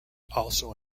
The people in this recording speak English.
also